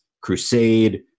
crusade